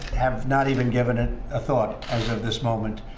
have not even given it a thought as of this moment.